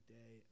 day